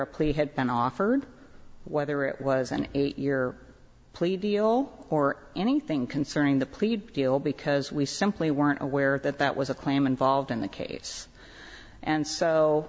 a plea had been offered whether it was an eight year play deal or anything concerning the plead deal because we simply weren't aware that that was a claim involved in the case and so